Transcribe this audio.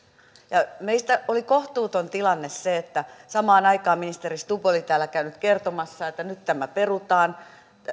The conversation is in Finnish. meistä oli kohtuuton tilanne se että samaan aikaan ministeri stubb oli täällä käynyt kertomassa että nyt tämä perutaan